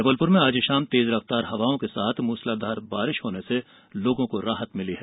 जबलपुर में आज शाम तेज रफ्तार हवाओं के साथ मूसलाधार बारिश होने से लोगों को राहत मिली है